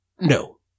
No